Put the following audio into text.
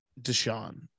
Deshaun